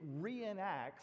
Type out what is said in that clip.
reenacts